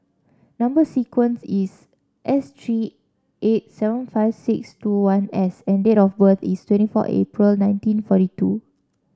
number sequence is S three eight seven five six two one S and date of birth is twenty four April nineteen forty two